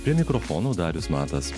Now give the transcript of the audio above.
prie mikrofonų darius matas